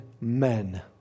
men